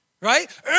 right